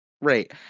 Right